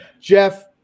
Jeff